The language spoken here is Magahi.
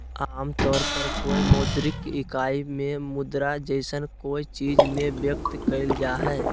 आमतौर पर कोय मौद्रिक इकाई में मुद्रा जैसन कोय चीज़ में व्यक्त कइल जा हइ